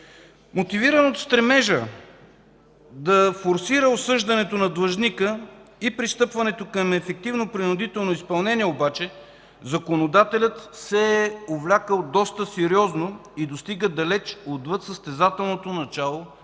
Мотивиран от стремежа да форсира осъждането на длъжника и пристъпването към ефективно принудително изпълнение, законодателят се е увлякъл доста сериозно и достига доста далеч отвъд състезателното начало